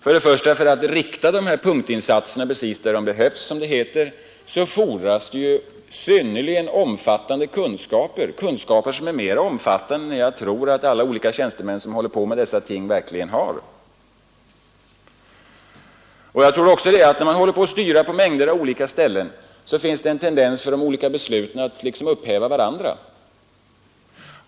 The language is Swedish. För att kunna rikta de selektiva åtgärderna mot de områden där de verkligen behövs fordras synnerligen omfattande kunskaper, mer omfattande än jag tror att alla de tjänstemän som sysslar med dessa ting verkligen har. När man styr på mängder av olika ställen finns det också en risk för att de olika besluten liksom upphäver varandra.